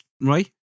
right